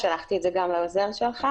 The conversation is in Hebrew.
שלחתי את זה לעוזר שלך.